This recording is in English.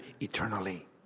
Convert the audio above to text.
eternally